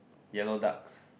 yellow ducks